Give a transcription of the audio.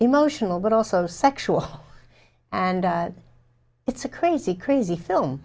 emotional but also sexual and it's a crazy crazy film